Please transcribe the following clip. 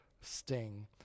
sting